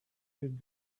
could